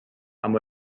amb